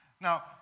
Now